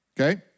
okay